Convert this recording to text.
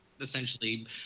essentially